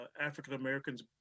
African-Americans